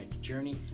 journey